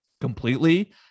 completely